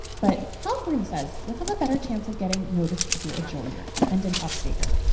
but halpern says you'll have a better chance of getting noticed if you're a joiner, and an updater.